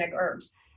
herbs